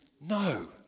No